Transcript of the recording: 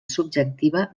subjectiva